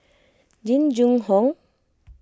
Jing Jun Hong